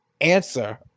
Answer